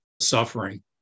suffering